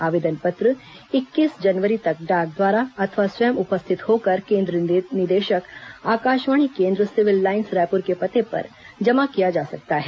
आवेदन पत्र इक्कीस जनवरी तक डाक द्वारा अथवा स्वयं उपस्थित होकर केन्द्र निदेशक आकाशवाणी केन्द्र सिविल लाईन्स रायपुर के पते पर जमा किया जा सकता है